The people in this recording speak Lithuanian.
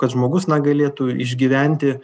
kad žmogus na galėtų išgyventi